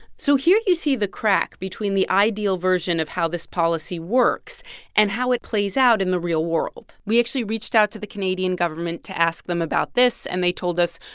so here you see the crack between the ideal version of how this policy works and how it plays out in the real world. we actually reached out to the canadian government to ask them about this. and they told us,